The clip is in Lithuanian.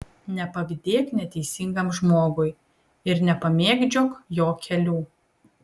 nepavydėk neteisingam žmogui ir nepamėgdžiok jo kelių